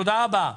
תודה רבה.